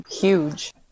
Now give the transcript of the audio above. huge